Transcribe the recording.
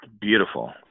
Beautiful